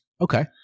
Okay